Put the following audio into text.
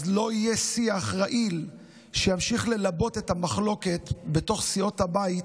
אז לא יהיה שיח רעיל שימשיך ללבות את המחלוקת בתוך סיעות הבית